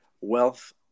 wealth